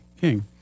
King